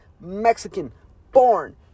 Mexican-born